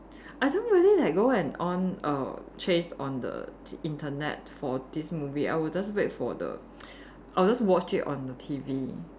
I don't really like go and on err chase on the Internet for these movie I would just wait for the I would just watch it on the T_V